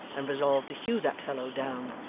and resolved to hew that fellow down,